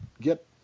get